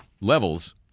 levels